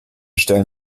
stellen